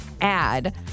ad